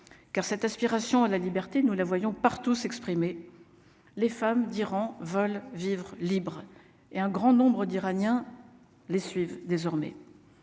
car cette aspiration à la liberté, nous la voyons partout s'exprimer les femmes d'Iran veulent vivre libres et un grand nombre d'Iraniens les suivent désormais